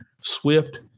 swift